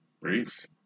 Briefs